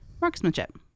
marksmanship